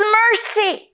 mercy